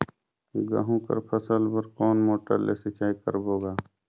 गहूं कर फसल बर कोन मोटर ले सिंचाई करबो गा?